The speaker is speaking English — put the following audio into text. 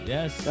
Yes